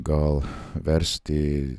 gal versti